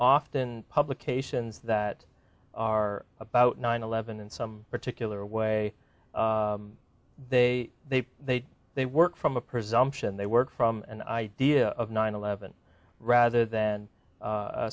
often publications that are about nine eleven and some particular way they they they they work from a presumption they work from an idea of nine eleven rather than